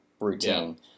routine